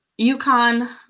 UConn